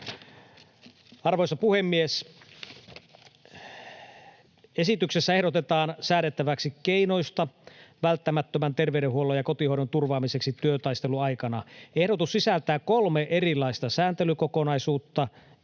Arvoisa puhemies! Esityksessä ehdotetaan säädettäväksi keinoista välttämättömän terveydenhuollon ja kotihoidon turvaamiseksi työtaistelun aikana. Ehdotus sisältää kolme erilaista sääntelykokonaisuutta: